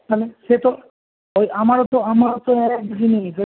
তাহলে সে তো ওই আমারও তো আমারও তো আর এক জিনিস ওই